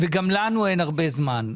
וגם לנו אין הרבה זמן,